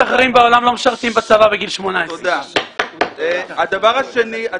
אחרים בעולם לא משרתים בצבא בגיל 18. אורן,